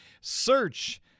Search